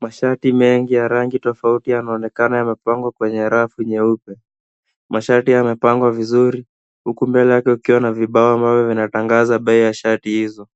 Mashati mengi ya rangi tofauti yameonekana yamepangwa kwenye rafu nyeupe. Mashati yamepangwa vizuri huku mbele yake ukiwa na vibao ambayo vinatangaza bei ya shati hizo.